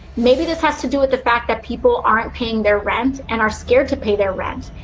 maybe this has to do with the fact that people aren't paying their rent and are scared to pay their rent.